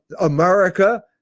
America